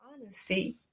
honesty